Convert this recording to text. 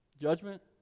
judgment